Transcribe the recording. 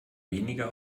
weniger